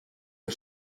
que